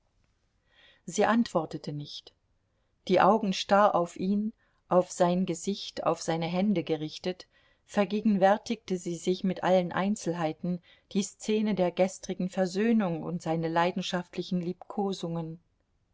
sie antwortete nicht die augen starr auf ihn auf sein gesicht auf seine hände gerichtet vergegenwärtigte sie sich mit allen einzelheiten die szene der gestrigen versöhnung und seine leidenschaftlichen liebkosungen